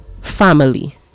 family